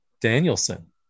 Danielson